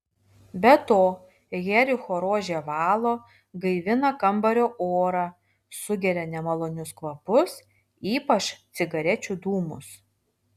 be to jericho rožė valo gaivina kambario orą sugeria nemalonius kvapus ypač cigarečių dūmus